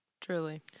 Truly